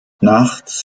nachts